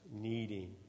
needing